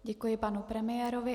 Děkuji panu premiérovi.